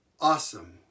awesome